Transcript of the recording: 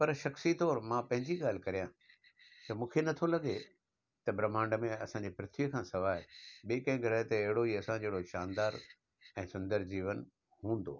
पर स्ख़्शी तौरु मां पंहिंजी ॻाल्हि कयां त मूंखे नथो लॻे त ब्रम्हांड में असांजे पृथ्वीअ खां सवाइ ॿिए कंहिं गृह ते अहिड़ो ई असां जहिड़ो सुंदरु जीवन हूंदो